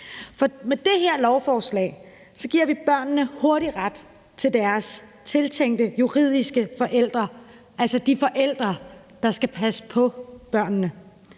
med det her lovforslag giver vi børnene hurtig ret til deres tiltænkte juridiske forældre, altså de forældre, der skal passe på børnene.